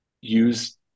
use